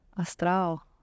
astral